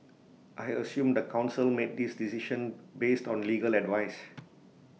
I assume the Council made this decision based on legal advice